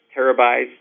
terabytes